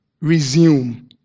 resume